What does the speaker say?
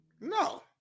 No